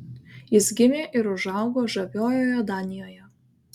jis gimė ir užaugo žaviojoje danijoje